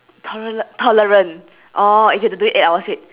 tolera~ tolerant oh if you have to do it eight hours straight